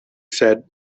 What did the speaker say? said